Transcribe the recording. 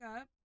up